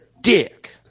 dick